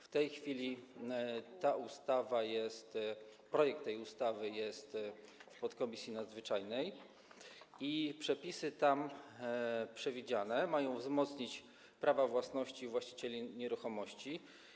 W tej chwili projekt tej ustawy jest w podkomisji nadzwyczajnej, a przepisy tam przewidziane mają wzmocnić prawa własności właścicieli nieruchomości.